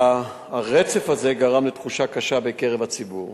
הרצף הזה גרם לתחושה קשה בקרב הציבור,